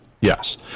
yes